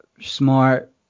smart